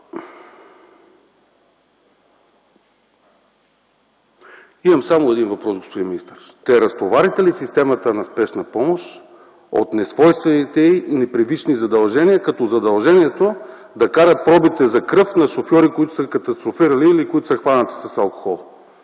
Имам само един въпрос, господин министър: ще разтоварите ли системата на Спешна помощ от несвойствените й, непривични задължения, като задължението да карат пробите за кръв на шофьори, които са катастрофирали или които са хванати с алкохол?